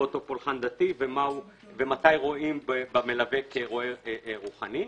אותו פולחן דתי ומתי רואים במלווה כרועה רוחני.